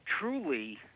truly